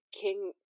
King